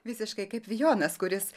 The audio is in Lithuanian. visiškai kaip vijonas kuris